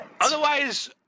Otherwise